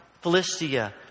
Philistia